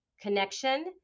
connection